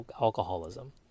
alcoholism